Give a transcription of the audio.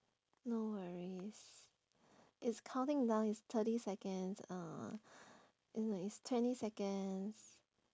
no worries it's counting down it's thirty seconds uh it's like it's twenty seconds